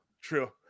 true